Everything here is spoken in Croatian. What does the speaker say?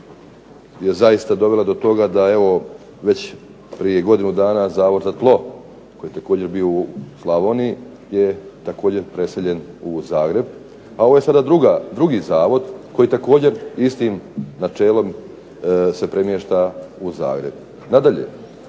je zaista dovela do toga da evo već prije godinu dana Zavod za tlo koji je također bio u Slavoniji je također preseljen u Zagreb, a ovo je sada drugi zavod koji također istim načelom se premješta u Zagreb. Nadalje,